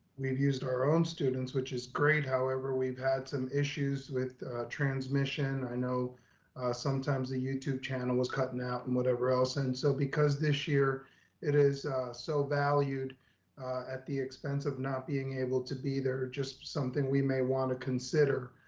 our own students which is great. however, we've had some issues with transmission. i know sometimes a youtube channel was cutting out and whatever else. and so, because this year it is so valued at the expense of not being able to be there. just something we may wanna consider